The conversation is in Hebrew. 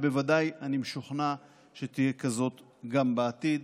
בוודאי, אני משוכנע, שהיא תהיה כזאת גם בעתיד.